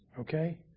Okay